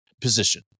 position